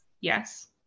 Yes